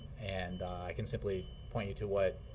and i can simply point you to what